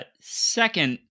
Second